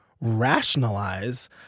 rationalize